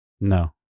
No